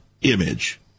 image